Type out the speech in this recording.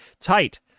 tight